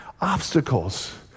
Obstacles